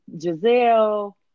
Giselle